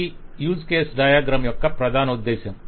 ఇదీ use case diagram యొక్క ప్రధానోద్దేశం